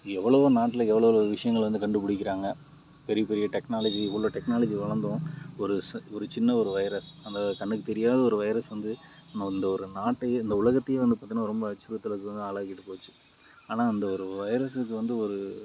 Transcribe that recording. எவ்வளோவோ நாட்டில் எவ்வளோவ்ளோ விஷயங்கள் வந்து கண்டுபிடிக்கிறாங்க பெரிய பெரிய டெக்னாலஜி இவ்வளோ டெக்னாலஜி வளர்ந்தும் ஒரு ஒரு சின்ன ஒரு வைரஸ் அந்த கண்ணுக்கு தெரியாத ஒரு வைரஸ் வந்து இந்த ஒரு நாட்டையே இந்த உலகத்தையே வந்து பார்த்திங்கன்னா ரொம்ப அச்சுறுத்தலுக்கு வந்து ஆளாக்கிட்டு போச்சு ஆனால் அந்த ஒரு வைரசுக்கு வந்து ஒரு